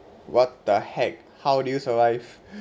what the heck how do you survive